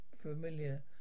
familiar